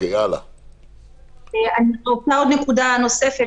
נקודה נוספת,